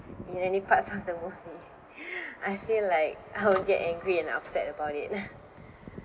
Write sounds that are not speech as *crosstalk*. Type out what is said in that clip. in any parts of the movie I feel like I will get angry and upset about it *noise*